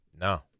No